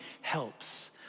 helps